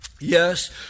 Yes